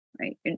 right